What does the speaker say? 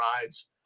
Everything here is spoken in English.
rides